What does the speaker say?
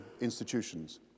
institutions